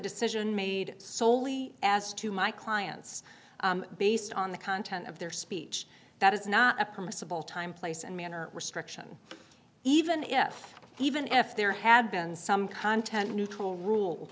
decision made solely as to my clients based on the content of their speech that is not a permissible time place and manner restriction even if even if there had been some content neutral